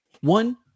one